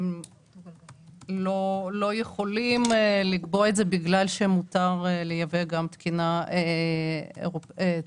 לא יכולים לקבוע את זה בגלל שמותר לייבא גם תקינה --- אבל